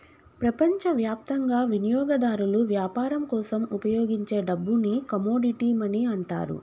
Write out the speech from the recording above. ప్రపంచవ్యాప్తంగా వినియోగదారులు వ్యాపారం కోసం ఉపయోగించే డబ్బుని కమోడిటీ మనీ అంటారు